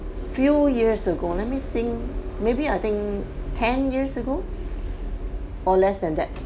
few years ago let me think maybe I think ten years ago or less than that